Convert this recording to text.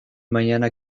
mañana